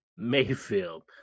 Mayfield